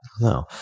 No